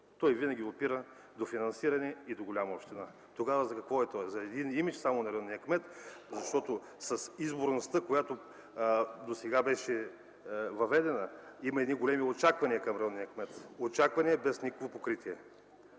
Той винаги опира до финансиране и до Голяма община. Тогава за какво е той? Само заради един имидж ли е районният кмет? С изборността, която досега беше въведена, има едни големи очаквания към районния кмет, очаквания без никакво покритие.